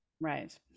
right